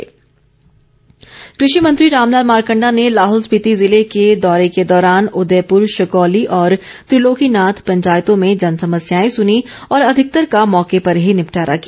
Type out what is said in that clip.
मारकंडा कृषि मंत्री रामलाल मारकंडा ने लाहौल स्पिति जिले के दौरे के दौरान उदयपुर शकौली और त्रिलोकीनाथ पँचायतों में जनसमस्याएं सुनीं और अधिकतर का मौके पर ही निपटारा किया